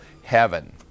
Heaven